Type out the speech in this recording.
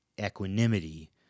equanimity